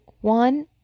one